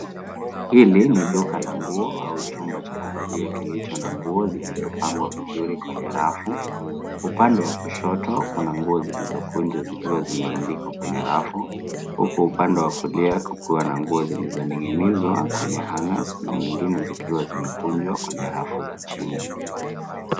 Hili ni duka la nguo au chumba cha kuvalia kilicho na nguo zilizopangwa vizuri kwenye rafu. Upande wa kushoto kuna nguo zilizokunjwa zikiwa zimerundikwa kwenye rafu. Huku upande wa kulia kukiwa na nguo zilizoning'inizwa kwenye hangers na zingine zikiwa zimekunjwa kwenye rafu za chini.